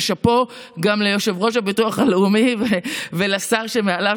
ושאפו גם ליושב-ראש הביטוח הלאומי ולשר שמעליו,